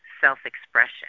self-expression